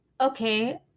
okay